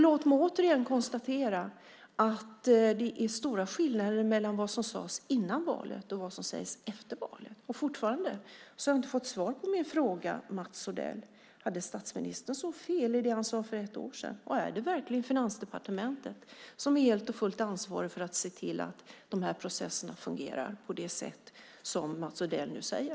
Låt mig återigen konstatera att det är stora skillnader mellan vad som sades före valet och vad som sägs efter valet. Fortfarande har jag inte fått svar på min fråga, Mats Odell. Hade statsministern så fel i det han sade för ett år sedan? Är det verkligen Finansdepartementet som är helt och fullt ansvarigt för att se till att de här processerna fungerar på det sätt som Mats Odell nu säger?